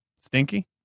stinky